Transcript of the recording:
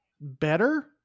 better